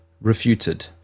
refuted